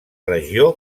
regió